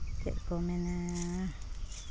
ᱪᱮᱫ ᱠᱚ ᱢᱮᱱᱟ